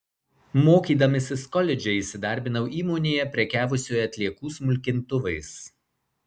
mokydamasis koledže įsidarbinau įmonėje prekiavusioje atliekų smulkintuvais